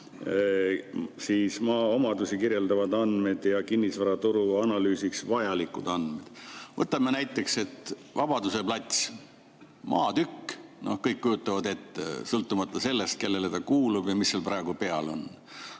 maa omadusi kirjeldavad andmed ja kinnisvaraturu analüüsiks vajalikud andmed. Võtame näiteks Vabaduse platsi: maatükk, kõik kujutavad seda ette, sõltumata sellest, kellele see kuulub ja mis seal praegu peal on.